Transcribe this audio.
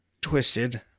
Twisted